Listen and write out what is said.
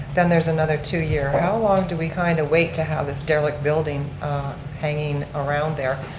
then there's another two year. how long do we kind of wait to have this derelict building hanging around there?